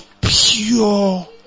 pure